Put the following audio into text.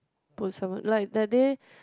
put someone like that day